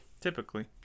Typically